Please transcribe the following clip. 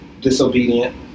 Disobedient